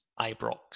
Ibrox